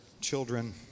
children